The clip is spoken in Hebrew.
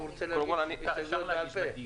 הוא רוצה להגיש את ההסתייגויות בעל-פה.